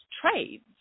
trades